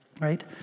right